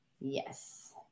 Yes